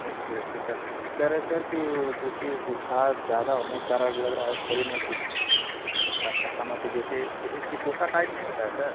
okay okay sir कह रह sir कि वो जैसे बुखार ज़्यादा होने के कारण लग रहा है शरीर में कुछ थक्का थक्का मति जैसे चिकोटा टाइप नहीं होता है